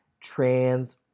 trans